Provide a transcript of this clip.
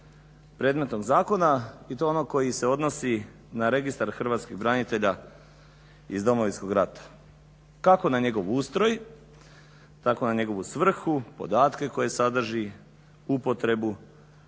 predmetnog zakona i to onog koji se odnosi na registar hrvatskih branitelja iz Domovinskog rata kako na njegov ustroj, tako na njegovu svrhu, podatke koje sadrži, upotrebu.